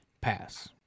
Pass